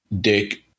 dick